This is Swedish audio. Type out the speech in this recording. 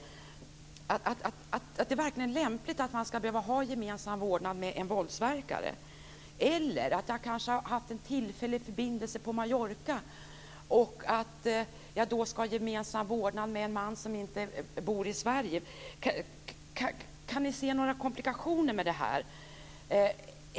Är det verkligen lämpligt att man ska behöva ha gemensam vårdnad med en våldsverkare? Eller man kanske har haft en tillfällig förbindelse på Mallorca. Ska man då ha gemensam vårdnad med en man som inte bor i Sverige? Kan ni se några komplikationer med det här?